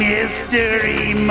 Mystery